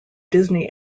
disney